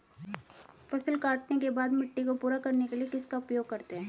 फसल काटने के बाद मिट्टी को पूरा करने के लिए किसका उपयोग करते हैं?